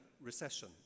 recession